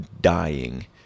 dying